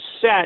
set